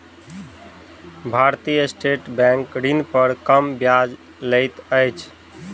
भारतीय state bank ऋण पर कम ब्याज लैत अछि